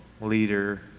leader